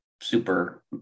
Super